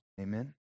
Amen